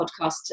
podcast